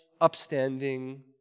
upstanding